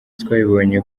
twabibonye